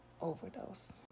overdose